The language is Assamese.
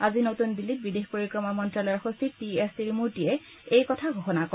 আজি নতুন দিল্লীত বিদেশ পৰিক্ৰমা মন্ত্যালয়ৰ সচিব টি এছ তিৰুমূৰ্তিয়ে এই কথা ঘোষণা কৰে